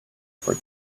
for